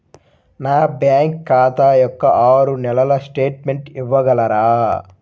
నా బ్యాంకు ఖాతా యొక్క ఆరు నెలల స్టేట్మెంట్ ఇవ్వగలరా?